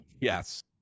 yes